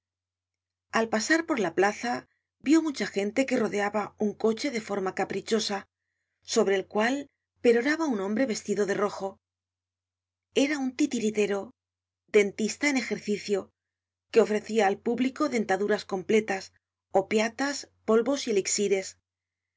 al pasar por la plaza vió mucha gente que rodeaba un coche de forma caprichosa sobre el cual peroraba uñ hombre vestido de rojo era un titiritero dentista en ejercicio que ofrecia al público dentaduras completas opiatas polvos y elixires